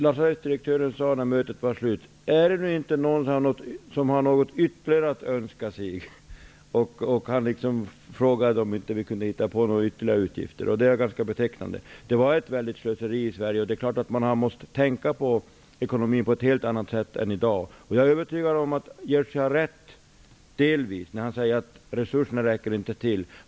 Lasarettsdirektören sade, när mötet var slut: Är det nu inte någon som har något ytterligare att önska sig? Han liksom frågade om vi inte kunde hitta på ytterligare utgifter, och det är ganska betecknande. Det var ett väldigt slöseri i Sverige, och det är klart att man har måst tänka på ekonomin på ett helt annat sätt sedan. Jag är övertygad om att Jerzy Einhorn har rätt delvis, när han säger att resurserna inte räcker till.